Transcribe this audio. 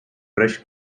fresh